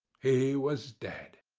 he was dead!